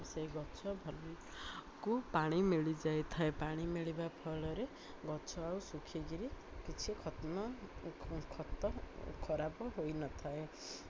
ସେଇ ଗଛ କୁ ପାଣି ମିଳିଯାଇଥାଏ ପାଣି ମିଳିବା ଫଳରେ ଗଛ ଆଉ ଶୁଖିକିରି କିଛି ଖତ୍ନ ଖତ ଖରାପ ହୋଇନଥାଏ